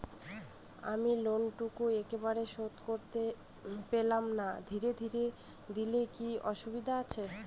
আমি লোনটুকু একবারে শোধ করতে পেলাম না ধীরে ধীরে দিলে কি অসুবিধে আছে?